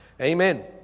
Amen